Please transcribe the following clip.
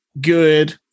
good